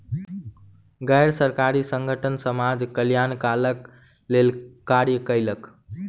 गैर सरकारी संगठन समाज कल्याणक लेल कार्य कयलक